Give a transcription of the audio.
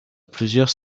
plusieurs